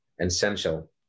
essential